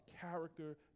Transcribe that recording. character